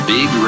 Big